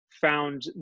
found